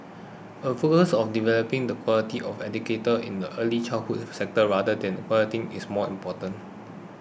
a focus on developing the quality of educator in the early childhood sector rather than quantity is more important